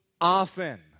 often